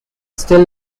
still